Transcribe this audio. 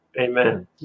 Amen